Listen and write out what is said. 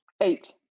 Eight